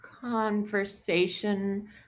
conversation